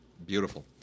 Beautiful